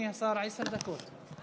אדוני השר, עשר דקות.